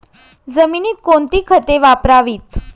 जमिनीत कोणती खते वापरावीत?